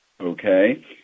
Okay